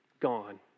gone